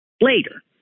Later